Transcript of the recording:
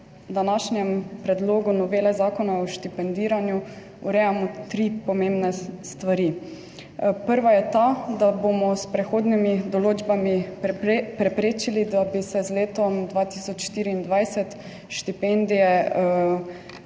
v današnjem predlogu novele Zakona o štipendiranju urejamo tri pomembne stvari. Prva je ta, da bomo s prehodnimi določbami preprečili, da bi se z letom 2024 štipendije v bistvu